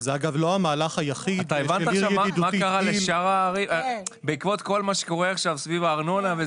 זה אגב לא המהלך היחיד --- בעקבות כל מה שקורה עכשיו סביב הארנונה,